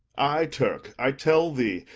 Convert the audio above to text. ay, turk, i tell thee,